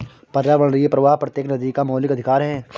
पर्यावरणीय प्रवाह प्रत्येक नदी का मौलिक अधिकार है